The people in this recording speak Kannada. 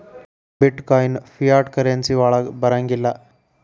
ಬಿಟ್ ಕಾಯಿನ್ ಫಿಯಾಟ್ ಕರೆನ್ಸಿ ವಳಗ್ ಬರಂಗಿಲ್ಲಾ